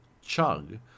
chug